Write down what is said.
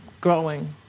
growing